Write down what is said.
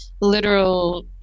literal